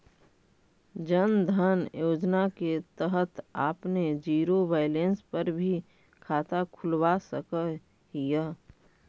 जन धन योजना के तहत आपने जीरो बैलेंस पर भी खाता खुलवा सकऽ हिअ